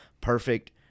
perfect